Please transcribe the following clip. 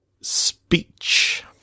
Speech